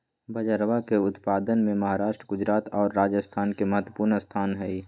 बजरवा के उत्पादन में महाराष्ट्र गुजरात और राजस्थान के महत्वपूर्ण स्थान हई